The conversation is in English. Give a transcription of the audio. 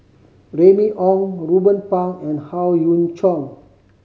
Remy Ong Ruben Pang and Howe Yoon Chong